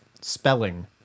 spelling